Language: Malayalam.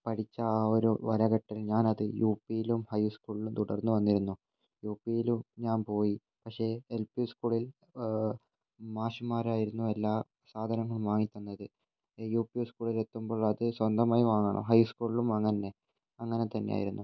പഠിച്ച ആ ഒരു വല കെട്ടൽ ഞാനത് യൂ പിയിലും ഹൈ സ്കൂളിലും തുടർന്നു വന്നിരുന്നു യൂ പിയിലും ഞാൻ പോയി പക്ഷേ എൽ പി സ്കൂളിൽ മാഷുമാരായിരുന്നു എല്ലാ സാധനങ്ങളും വാങ്ങി തന്നത് യൂ പിസ്കൂളിൽ എത്തുമ്പോൾ അത് സ്വന്തമായി വാങ്ങണം ഹൈ സ്കൂളിലും അങ്ങനെ അങ്ങനെ തന്നെ ആയിരുന്നു